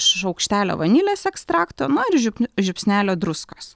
šaukštelio vanilės ekstrakto na ir žiup žiupsnelio druskos